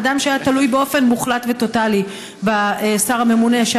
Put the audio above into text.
אדם שהיה תלוי באופן מוחלט וטוטלי בשר הממונה על רשות השידור,